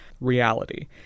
reality